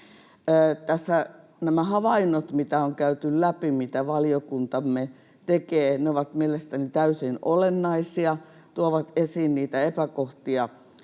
nämä havainnot, mitä on käyty läpi, mitä valiokuntamme teki, ovat mielestäni täysin olennaisia ja tuovat esiin niitä epäkohtia,